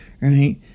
right